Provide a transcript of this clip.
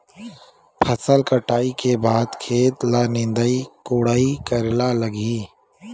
फसल कटाई के बाद खेत ल निंदाई कोडाई करेला लगही?